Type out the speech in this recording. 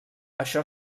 això